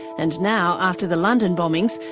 and now, after the london bombings,